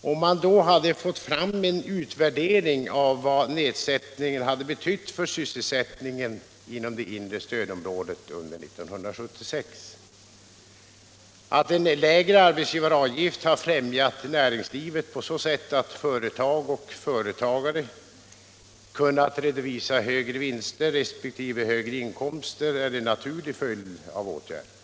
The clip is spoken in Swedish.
om man då hade fått fram en utvärdering av vad nedsättningen hade betytt för sysselsättningen inom det inre stödområdet under 1976. Att en lägre arbetsgivaravgift har främjat näringslivet på så sätt att företag och företagare kunnat redovisa "högre vinster resp. högre inkomster är en naturlig följd av åtgärden.